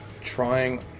trying